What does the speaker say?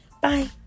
Bye